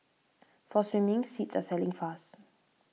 for swimming seats are selling fast